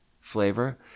flavor